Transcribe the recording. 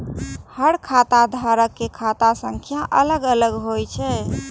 हर खाता धारक के खाता संख्या अलग अलग होइ छै